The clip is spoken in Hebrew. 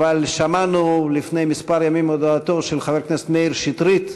אבל שמענו לפני כמה ימים את הודעתו של חבר הכנסת מאיר שטרית,